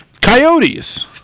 Coyotes